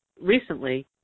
recently